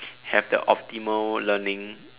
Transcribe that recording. have the optimal learning